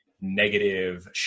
negative